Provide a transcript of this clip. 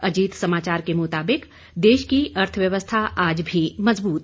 अजीत समाचार के मुताबिक देश की अर्थव्यवस्था आज भी मजबूत